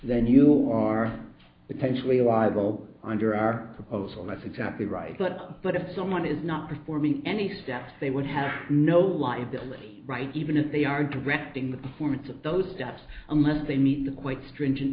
although under our proposal that's exactly right but if someone is not performing any steps they would have no liability right even if they are directing the performance of those stats unless they meet the quite stringent